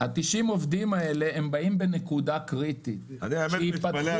90 העובדים האלה באים בנקודה קריטית --- אני מתפלא עליך.